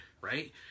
right